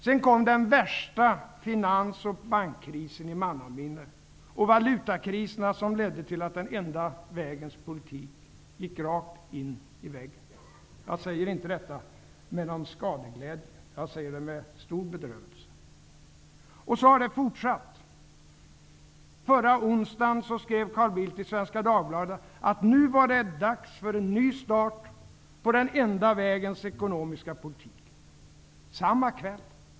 Sedan kom den värsta finans och bankkrisen i mannaminne och valutakriserna, som ledde till att den ''enda'' vägens politik gick rakt in i väggen. Jag säger inte detta med någon skadeglädje. Jag säger det med stor bedrövelse. Så har det fortsatt. Förra onsdagen skrev Carl Bildt i Svenska Dagbladet att nu var det dags för ''en ny start på den enda vägens ekonomiska politik''.